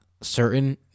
certain